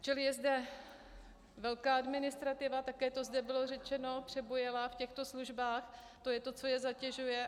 Čili je zde velká administrativa, také to zde bylo řečeno, přebujelá v těchto službách, to je to, co je zatěžuje.